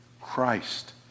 Christ